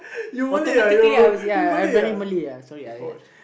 automatically I was ya I Brantly Malayuhsorry I I